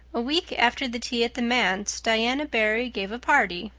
a week after the tea at the manse diana barry gave a party.